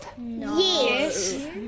Yes